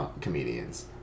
comedians